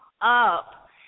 up